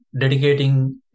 dedicating